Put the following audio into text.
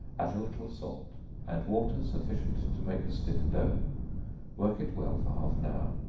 add a little salt and water sufficient to make a stiff dough work it well for half an hour,